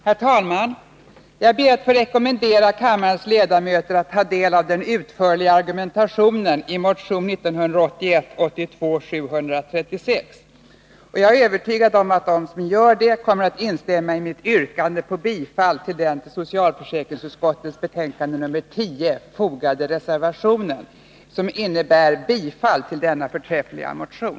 Herr talman! Jag ber att få rekommendera kammarens ledamöter att ta del av den utförliga argumentationen i motion 1981/82:736. Jag är övertygad om att de som gör det kommer att instämma i mitt yrkande om bifall till den till socialförsäkringsutskottets betänkande nr 10 fogade reservationen, som innebär bifall till denna förträffliga motion.